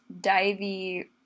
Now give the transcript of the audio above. divey